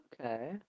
Okay